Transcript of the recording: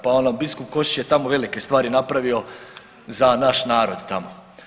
Pa ono biskup Košić je tamo velike stvari napravio za naš narod tamo.